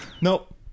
Nope